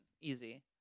Easy